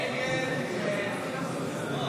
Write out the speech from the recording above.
ההסתייגות לא